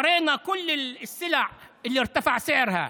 קראנו את כל המצרכים שמחירם עלה,